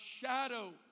shadow